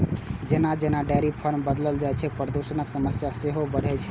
जेना जेना dairy farm बढ़ल जाइ छै, प्रदूषणक समस्या सेहो बढ़ै छै